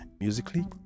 musically